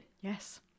Yes